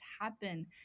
happen